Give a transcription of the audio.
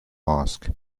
ask